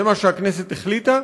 זה מה שהכנסת החליטה,